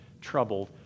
troubled